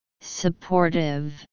Supportive